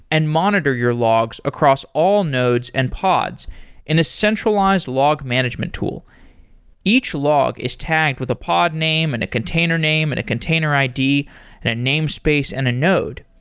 and monitor your logs across all nodes and pods in a centralized log management tool each log is tagged with the pod name, and a container name, and a container id, and a namespace, and a node.